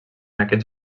aquests